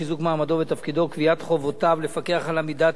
חיזוק מעמדו ותפקידו וקביעת חובותיו לפקח על עמידת